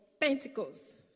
Pentacles